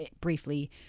briefly